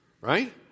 right